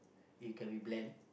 it can be blend